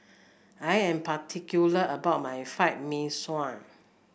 I am particular about my Fried Mee Sua